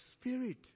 Spirit